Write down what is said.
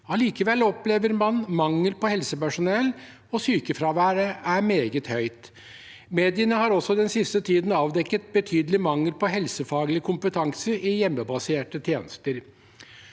Allikevel opplever man mangel på helsepersonell, og sykefraværet er meget høyt. Mediene har også den siste tiden avdekket betydelig mangel på helsefaglig kompetanse i hjemmebaserte tjenester.